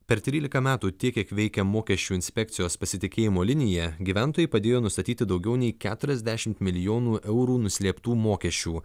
per trylika metų tiek kiek veikia mokesčių inspekcijos pasitikėjimo linija gyventojai padėjo nustatyti daugiau nei keturiasdešimt milijonų eurų nuslėptų mokesčių